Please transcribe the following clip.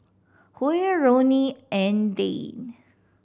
Huy Roni and Dayne